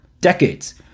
decades